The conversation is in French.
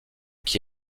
qui